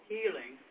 Healing